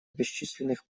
бесчисленных